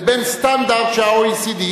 לבין סטנדרט של ה-OECD.